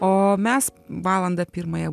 o mes valandą pirmąją